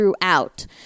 throughout